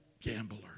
gambler